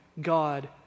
God